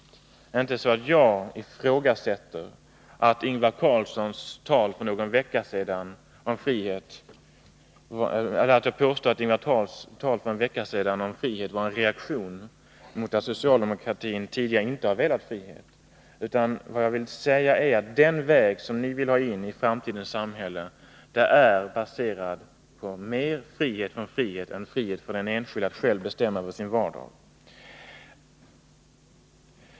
Det är inte så att jag påstår att Ingvar Carlssons tal för någon vecka sedan om frihet var en reaktion mot att socialdemokratin tidigare inte har velat frihet. Vad jag vill säga är att den väg som ni vill slå in på i framtidens samhälle är baserad mer på frihet från frihet än frihet för den enskilde att själv bestämma över sin vardag.